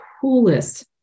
coolest